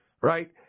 right